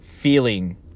Feeling